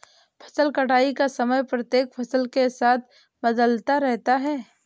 फसल कटाई का समय प्रत्येक फसल के साथ बदलता रहता है